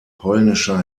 polnischer